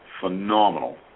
Phenomenal